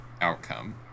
outcome